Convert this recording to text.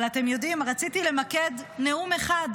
אבל אתם יודעים, רציתי למקד נאום אחד